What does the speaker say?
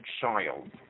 child